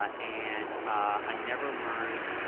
ah and i never learned.